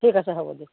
ঠিক আছে হ'ব দিয়ক